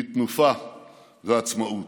מתנופה ומעצמאות.